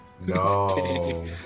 no